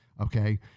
okay